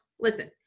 Listen